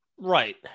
Right